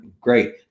great